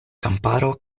kamparo